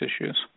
issues